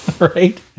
right